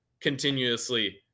continuously